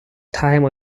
time